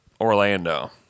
Orlando